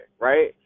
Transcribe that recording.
right